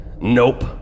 Nope